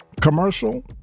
commercial